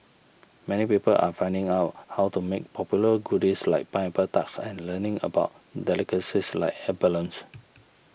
many people are finding out how to make popular goodies like pineapple tarts and learning about delicacies like abalones